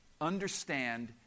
understand